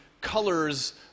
colors